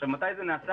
מתי זה נעשה?